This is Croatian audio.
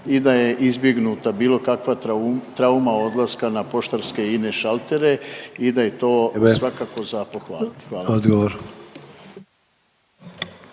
i da je izbjegnuta bilo kakva trauma odlaska na poštarske i ine šaltere i da je to …/Upadica Sanader: